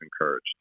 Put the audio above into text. encouraged